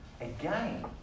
again